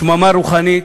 שממה רוחנית,